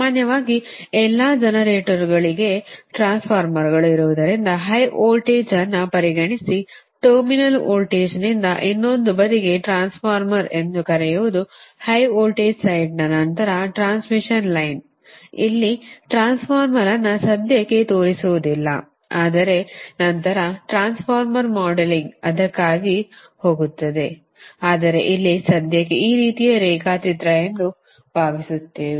ಸಾಮಾನ್ಯವಾಗಿ ಎಲ್ಲ ಜನರೇಟರ್ಗಳಿಗೆ ಟ್ರಾನ್ಸ್ಫಾರ್ಮರ್ಗಳು ಇರುವುದರಿಂದ ಹೈ ವೋಲ್ಟೇಜ್ ಅನ್ನು ಪರಿಗಣಿಸಿ ಟರ್ಮಿನಲ್ ವೋಲ್ಟೇಜ್ನಿಂದ ಇನ್ನೊಂದು ಬದಿಗೆ ಟ್ರಾನ್ಸ್ಫಾರ್ಮರ್ ಎಂದು ಕರೆಯುವುದು ಹೈ ವೋಲ್ಟೇಜ್ ಸೈಡ್ ನಂತರ ಟ್ರಾನ್ಸ್ಮಿಷನ್ ಲೈನ್ ಇಲ್ಲಿ ಟ್ರಾನ್ಸ್ಫಾರ್ಮರ್ ಅನ್ನು ಸದ್ಯಕ್ಕೆ ತೋರಿಸುವುದಿಲ್ಲ ಆದರೆ ನಂತರ ಟ್ರಾನ್ಸ್ಫಾರ್ಮರ್ ಮಾಡೆಲಿಂಗ್ ಅದಕ್ಕಾಗಿ ಹೋಗುತ್ತದೆ ಆದರೆ ಇಲ್ಲಿ ಸದ್ಯಕ್ಕೆ ಈ ರೀತಿಯ ರೇಖಾಚಿತ್ರ ಎಂದು ಭಾವಿಸುತ್ತೇವೆ